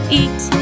eat